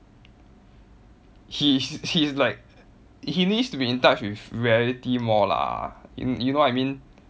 he's he's like he needs to be in touch with reality more lah you you know what I mean